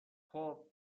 خوب